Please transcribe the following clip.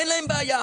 אין להם בעיה.